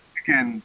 again